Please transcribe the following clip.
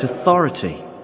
authority